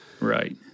Right